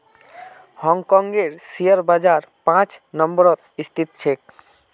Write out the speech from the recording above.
हांग कांगेर शेयर बाजार पांच नम्बरत स्थित छेक